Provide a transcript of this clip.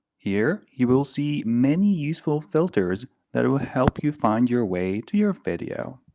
here, you will see many useful filters that will help you find your way to your video.